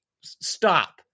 stop